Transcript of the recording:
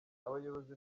abayobozi